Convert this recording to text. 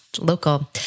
Local